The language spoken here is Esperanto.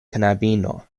knabino